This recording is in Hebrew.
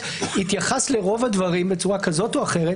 התייחסת לרוב הדברים בצורה כזאת או אחרת.